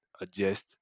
adjust